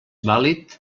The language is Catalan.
vàlid